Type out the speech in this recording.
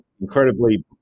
incredibly